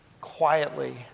quietly